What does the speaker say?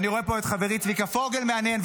אני רואה פה את חברי צביקה פוגל מהנהן,